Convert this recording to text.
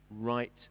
right